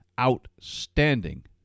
outstanding